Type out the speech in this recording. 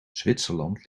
zwitserland